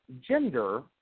gender